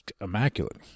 immaculate